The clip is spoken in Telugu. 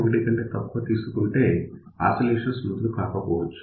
1 కంటే తక్కువ తీసుకుంటే ఆసిలేషన్స్ మొదలు కాకపోవచ్చు